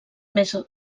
més